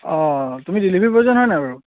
অঁ তুমি ডেলিভাৰী বয়জন হয়নে বাৰু